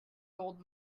gold